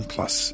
Plus